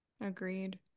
Agreed